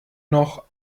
noch